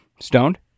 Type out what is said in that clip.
stoned